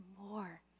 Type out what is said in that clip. more